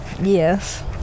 Yes